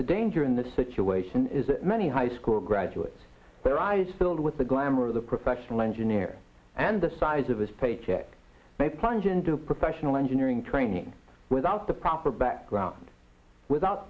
the danger in the situation is that many high school graduates their eyes filled with the glamour of the professional engineer and the size of his paycheck may plunge into professional engineering training without the proper background without